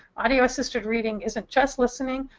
audio-assisted reading isn't just listening,